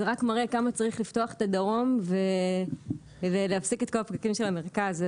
זה רק מראה כמה צריך לפתוח את הדרום כדי להפסיק את כל הפקקים של המרכז.